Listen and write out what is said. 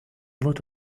lot